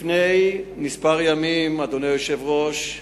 לפני כמה ימים, אדוני היושב-ראש,